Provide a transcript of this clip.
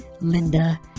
Linda